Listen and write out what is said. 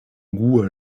goût